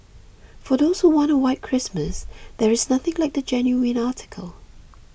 for those who want a white Christmas there is nothing like the genuine article